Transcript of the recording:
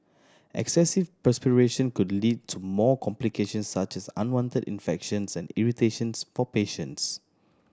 excessive perspiration could lead to more complications such as unwanted infections and irritations for patients